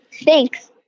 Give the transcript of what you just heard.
Thanks